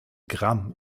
gramm